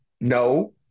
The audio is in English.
no